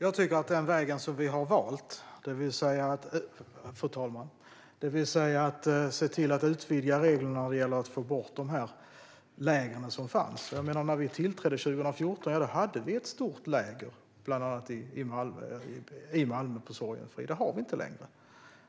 Fru talman! Vi har valt vägen att utvidga reglerna för att få bort de läger som finns. När vi tillträdde 2014 hade vi bland annat ett stort läger i Sorgenfri i Malmö; det har vi inte längre.